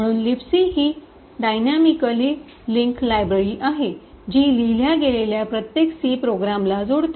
म्हणून लिबसी ही dynamically linked library आहे जी लिहिल्या गेलेल्या प्रत्येक सी प्रोग्रामला जोडते